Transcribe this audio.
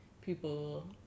people